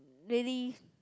release